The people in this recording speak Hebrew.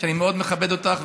ואני מאוד מכבד אותך,